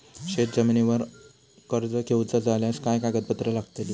शेत जमिनीवर कर्ज घेऊचा झाल्यास काय कागदपत्र लागतली?